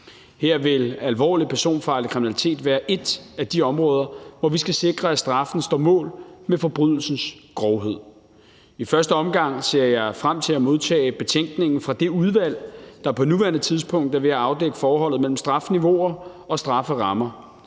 Her vil alvorlig personfarlig kriminalitet være et af de områder, hvor vi skal sikre, at straffen står mål med forbrydelsens grovhed. I første omgang ser jeg frem til at modtage betænkningen fra det udvalg, der på nuværende tidspunkt er ved at afdække forholdet mellem strafniveauer og strafferammer.